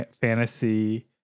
fantasy